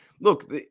look